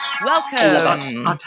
welcome